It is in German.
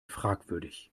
fragwürdig